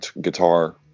guitar